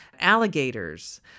Alligators